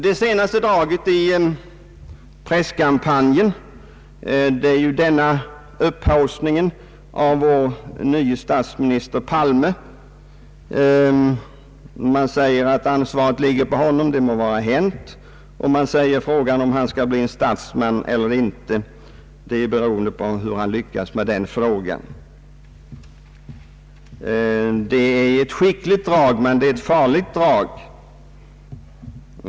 Det senaste draget i presskampanjen är ju upphaussningen av vår nye statsminister Palme. Man säger att ansvaret ligger på honom och det må vara hänt. Man säger också att frågan om han skall bli en statsman eller inte är beroende på hur han lyckas med den frågan. Det är ett skickligt drag, men ett farligt drag.